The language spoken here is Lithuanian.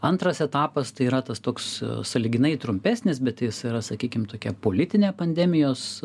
antras etapas tai yra tas toks sąlyginai trumpesnis bet jis yra sakykim tokia politinė pandemijos